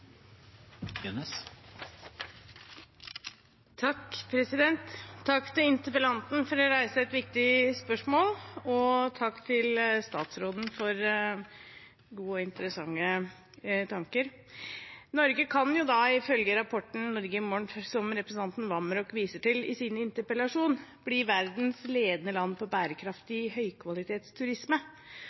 Takk til interpellanten for å reise et viktig spørsmål, og takk til statsråden for gode og interessante tanker. Norge kan ifølge rapporten «Norge i morgen», som representanten Vamraak viser til i sin interpellasjon, bli verdens ledende land på bærekraftig høykvalitetsturisme.